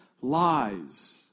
lies